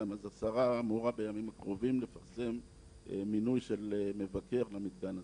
אז השרה אמורה לפרסם בימים הקרובים מינוי של מבקר במתקן.